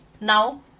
Now